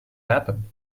happen